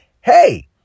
hey